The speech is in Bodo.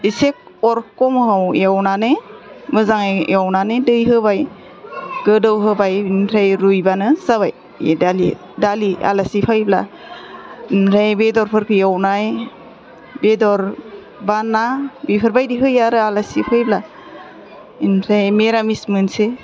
इसे अर खमाव एवनानै मोजाङै एवनानै दै होबाय गोदौ होबाय बिनिफ्राय रुइबानो जाबाय बे दालि दालि आलासि फैयोब्ला ओमफ्राय बेदरफोरखौ एवनाय बेदर बा ना बेफोरबायदि होयो आरो आलासि फैब्ला ओमफ्राय मिरामिस मोनसे